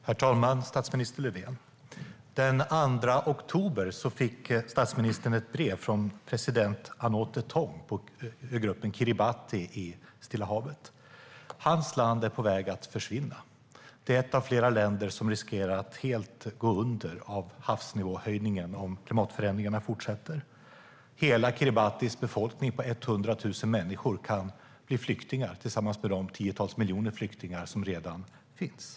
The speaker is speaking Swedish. Herr talman! Statsminister Löfven! Den 2 oktober fick statsministern ett brev från president Anote Tong på ögruppen Kiribati i Stilla havet. Hans land är på väg att försvinna. Det är ett av flera länder som på grund av havsnivåhöjningen riskerar att helt gå under om klimatförändringarna fortsätter. Hela Kiribatis befolkning på 100 000 människor kan bli flyktingar tillsammans med de tiotals miljoner flyktingar som redan finns.